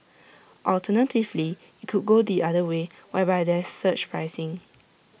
alternatively IT could go the other way whereby there's surge pricing